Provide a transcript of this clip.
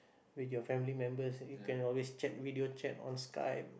with your family members you can always chat video chat on Skype